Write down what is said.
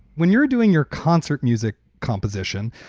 when you're doing your concert music composition,